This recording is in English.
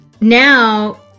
now